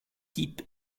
type